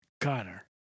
Connor